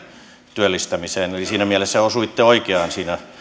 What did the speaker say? työllistämiseen eli siinä mielessä osuitte oikeaan siinä